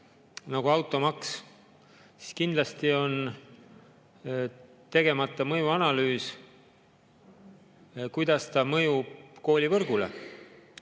nagu automaks, siis kindlasti on tegemata mõjuanalüüs, kuidas see mõjub koolivõrgule.